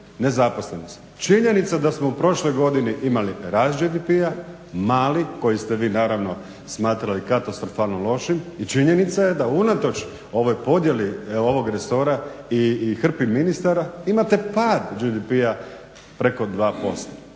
nezaposlenost. Činjenica da smo u prošloj godini imali rast GDP-a, mali koji ste vi naravno smatrali katastrofalno lošim i činjenica je da unatoč ovoj podjeli ovog resora i hrpi ministara imate pad GDP-a preko 2%.